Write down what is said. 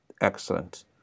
Excellent